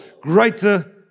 greater